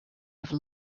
have